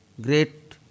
great